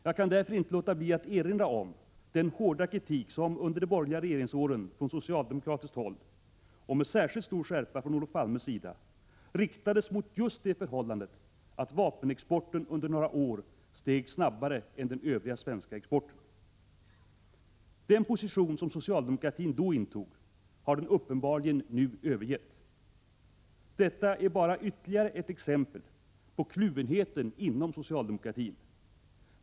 Jag kan därför inte låta bli att erinra om den hårda kritik som under de borgerliga regeringsåren från socialdemokratiskt håll, och med särskilt stor skärpa från Olof Palmes sida, riktades mot just det förhållandet att vapenexporten under några år steg snabbare än den övriga svenska exporten. Den position som socialdemokratin då intog har den uppenbarligen nu övergett. Detta är bara ytterligare ett exempel på kluvenheten inom socialdemokratin.